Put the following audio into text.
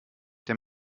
der